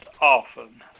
often